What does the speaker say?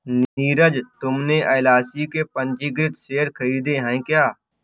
नीरज तुमने एल.आई.सी के पंजीकृत शेयर खरीदे हैं क्या?